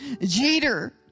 Jeter